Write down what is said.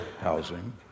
housing